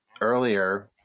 earlier